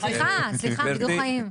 לא וידוא הריגה, וידוא חיים.